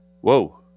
whoa